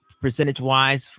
percentage-wise